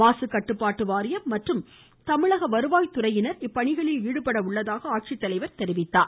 மாசுக்கட்டுப்பாட்டு வாரியம் மற்றும் தமிழக வருவாய் துறையினரும் இப்பணிகளில் ஈடுபட உள்ளதாக ஆட்சித்தலைவர் தெரிவித்தார்